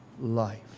life